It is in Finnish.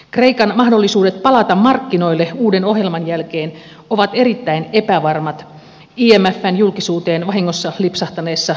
kreikan mahdollisuudet palata markkinoille uuden ohjelman jälkeen ovat erittäin epävarmat imfn julkisuuteen vahingossa lipsahtaneessa velkakestävyysraportissa todetaan